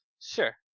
sure